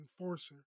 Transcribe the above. enforcer